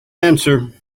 answer